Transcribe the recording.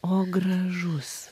o gražus